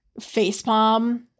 facepalm